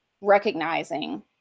recognizing